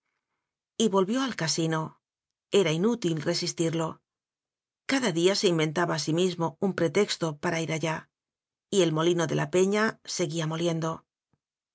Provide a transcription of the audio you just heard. volvió al casino era inútil resistirlo cada día se inventaba a sí mismo un pre texto para ir allá y el molino de la peña se guía moliendo